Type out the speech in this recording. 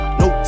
no